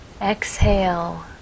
exhale